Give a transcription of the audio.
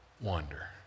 wonder